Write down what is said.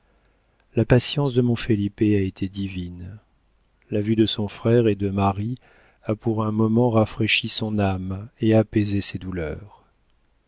la patience de mon felipe a été divine la vue de son frère et de marie a pour un moment rafraîchi son âme et apaisé ses douleurs